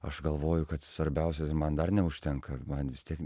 aš galvoju kad svarbiausias man dar neužtenka man vis tiek